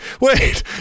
wait